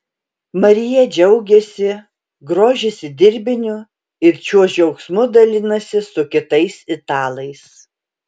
marija džiaugiasi grožisi dirbiniu ir šiuo džiaugsmu dalinasi su kitais italais